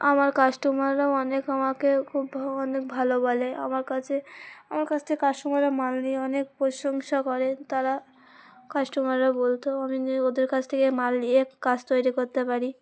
আমার কাস্টমাররাও অনেক আমাকে খুব অনেক ভালো বলে আমার কাছে আমার কাছ থেকে কাস্টমাররা মাল নিয়ে অনেক প্রশংসা করে তারা কাস্টমাররা বলতো আমি ওদের কাছ থেকে মাল নিয়ে কাজ তৈরি করতে পারি